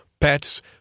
pets